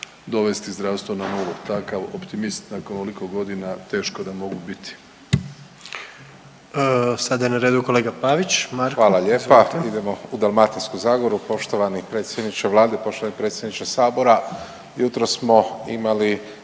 dovesti zdravstvo na nulu, takav optimist nakon ovoliko godina teško da mogu biti.